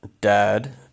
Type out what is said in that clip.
Dad